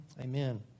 Amen